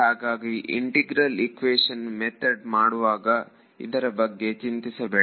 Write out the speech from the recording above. ಹಾಗಾಗಿ integral equation method ಮಾಡುವಾಗ ಇದರ ಬಗ್ಗೆ ಯೋಚಿಸಬೇಡ